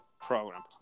program